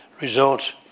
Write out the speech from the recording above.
results